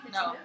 no